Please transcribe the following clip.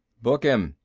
book him,